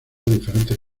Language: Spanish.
diferentes